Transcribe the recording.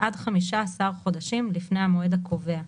עד 15 חודשים לפני המועד הקובע,